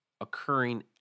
occurring